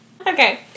Okay